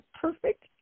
perfect